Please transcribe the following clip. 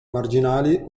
marginali